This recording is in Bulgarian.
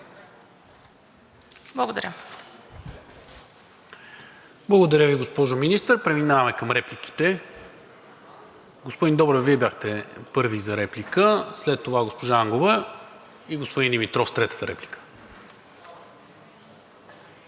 МИНЧЕВ: Благодаря Ви, госпожо Министър. Преминаваме към репликите. Господин Добрев, Вие бяхте първи за реплика. След това госпожа Ангова и господин Димитров с третата реплика.